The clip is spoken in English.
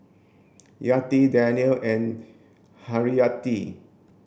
Yati Daniel and Haryati